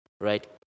right